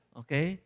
okay